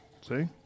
See